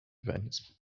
events